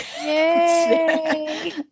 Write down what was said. Yay